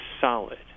solid